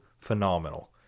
phenomenal